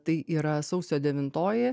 tai yra sausio devintoji